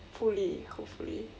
hopefully hopefully